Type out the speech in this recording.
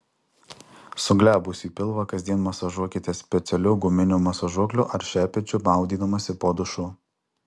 suglebusį pilvą kasdien masažuokite specialiu guminiu masažuokliu ar šepečiu maudydamasi po dušu